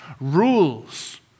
rules